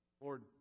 Lord